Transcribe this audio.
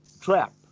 trap